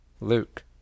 Luke